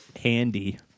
handy